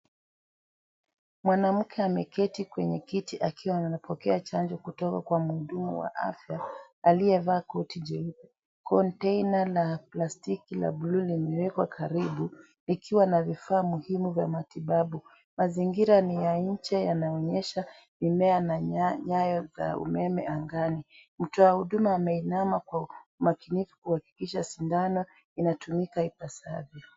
Mwanamke ameketi kwenye kiti akiwa anapokea chanjo kutoka kwa mhudumu wa afya aliyevaa koti jeupe container la plastiki la blue limewekwa karibu ikiwa na vifaa muhimu vya matibabu mazingira ni ya nje yanaonyesha mimea na nyayo za umeme angani mtu wa huduma ameinama kwa umakinifu kuhakikisha sindano inatumika ipasavyo.